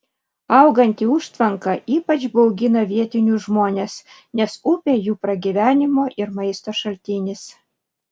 auganti užtvanka ypač baugina vietinius žmones nes upė jų pragyvenimo ir maisto šaltinis